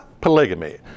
polygamy